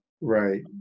right